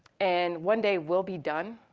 and one day, we'll be done,